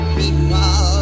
people